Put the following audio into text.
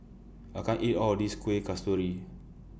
I can't eat All of This Kuih Kasturi